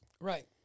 Right